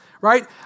right